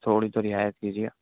تھوڑی تو رعایت کیجیے